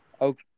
Okay